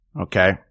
Okay